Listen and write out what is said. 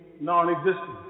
non-existent